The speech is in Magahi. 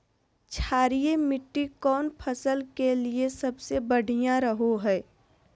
क्षारीय मिट्टी कौन फसल के लिए सबसे बढ़िया रहो हय?